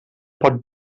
pot